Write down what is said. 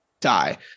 die